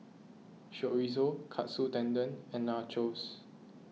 Chorizo Katsu Tendon and Nachos